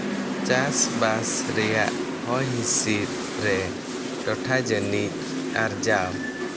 ᱪᱟᱥᱵᱟᱥ ᱨᱮᱭᱟᱜ ᱦᱚᱭ ᱦᱤᱸᱥᱤᱫ ᱨᱮ ᱴᱚᱴᱷᱟ ᱡᱟᱹᱱᱤᱡ ᱟᱨᱡᱟᱣ